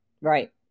right